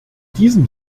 diesem